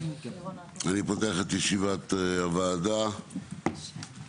אני פותח את ישיבת וועדת הפנים.